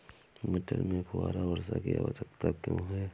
मटर में फुहारा वर्षा की आवश्यकता क्यो है?